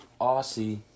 Aussie